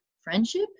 friendship